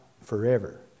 forever